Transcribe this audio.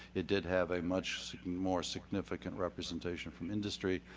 it did have a much more significant representation from industry,